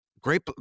Great